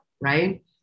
Right